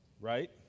Right